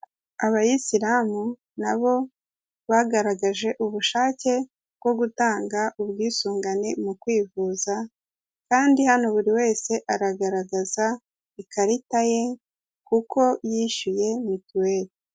Abayisiramu na bo bagaragaje ubushake bwo gutanga ubwisungane mu kwivuza, kandi hano buri wese aragaragaza ikarita ye kuko yishyuye mituweri.